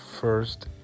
first